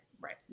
right